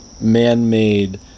man-made